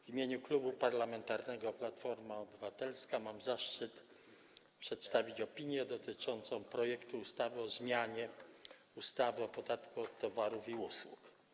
W imieniu Klubu Parlamentarnego Platforma Obywatelska mam zaszczyt przedstawić opinię dotyczącą projektu ustawy o zmianie ustawy o podatku od towarów i usług.